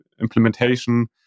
implementation